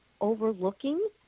overlooking